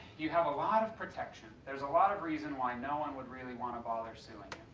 you have a lot of protection. there's a lot of reason why no one would really want to bother suing